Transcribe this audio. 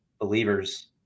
believers